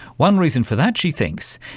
one reason for that, she thinks,